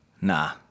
Nah